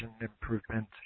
improvement